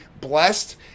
blessed